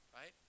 right